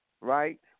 right